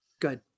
Good